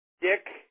Dick